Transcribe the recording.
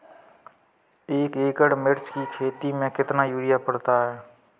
एक एकड़ मिर्च की खेती में कितना यूरिया पड़ता है?